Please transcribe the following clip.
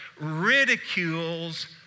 ridicules